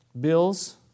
Bills